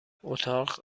اتاق